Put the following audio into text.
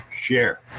Share